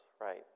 right